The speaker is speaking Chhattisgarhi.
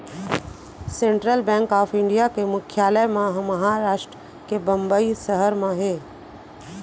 सेंटरल बेंक ऑफ इंडिया के मुख्यालय ह महारास्ट के बंबई सहर म हे